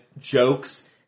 jokes